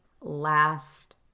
last